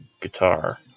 guitar